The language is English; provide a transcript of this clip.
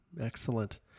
Excellent